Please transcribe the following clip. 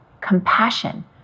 compassion